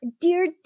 Dear